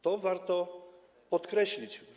To warto podkreślić.